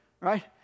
Right